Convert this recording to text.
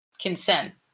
consent